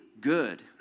good